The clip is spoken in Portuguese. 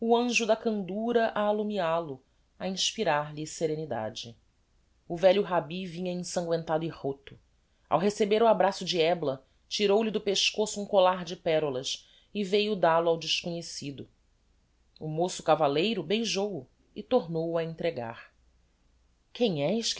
anjo da candura a allumial o a inspirar-lhe serenidade o velho rabbi vinha ensanguentado e roto ao receber o abraço de ebla tirou-lhe do pescoço um colar de perolas e veio dal o ao desconhecido o moço cavalleiro beijou-o e tornou o a entregar quem és